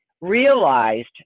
realized